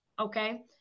okay